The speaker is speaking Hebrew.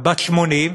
בת 80,